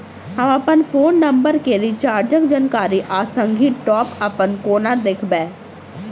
हम अप्पन phone number केँ रिचार्जक जानकारी आ संगहि टॉप अप कोना देखबै?